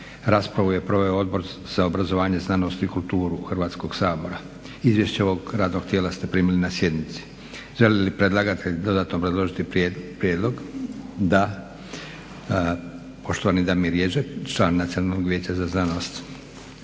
Raspravu je proveo Odbor za obrazovanje, znanost i kulturu Hrvatskog sabora. Izvješće ovog radnog tijela ste primili na sjednici. Želi li predlagatelj dodatno obrazložiti prijedlog? Da. Poštovani Damir Ježek, član Nacionalnog vijeća za znanost.